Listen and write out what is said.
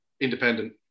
Independent